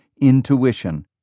intuition